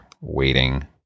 waiting